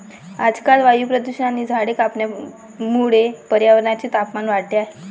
आजकाल वायू प्रदूषण आणि झाडे कापण्यामुळे पर्यावरणाचे तापमान वाढले आहे